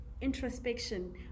introspection